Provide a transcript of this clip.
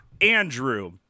Andrew